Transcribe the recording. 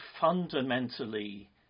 fundamentally